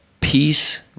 peace